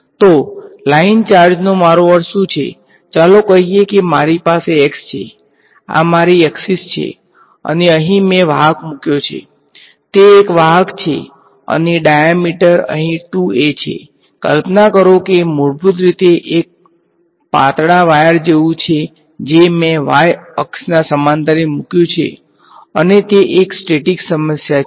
તો લાઇન ચાર્જનો મારો અર્થ શું છે ચાલો કહીએ કે મારી પાસે x છે આ મારી અક્ષીસ છે અને અહીં મેં વાહક અહીં 2a છે કલ્પના કરો કે મૂળભૂત રીતે એક પાતળા વાયર જેવું છે જે મેં y અક્ષ સમાંતરે મૂક્યું છે અને તે એક સ્ટેટિક સમસ્યા છે